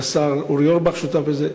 והשר אורי אורבך שותף בזה.